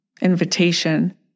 invitation